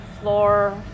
floor